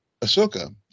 Ahsoka